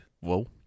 Whoa